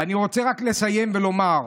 ואני רוצה רק לסיים ולומר: